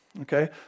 Okay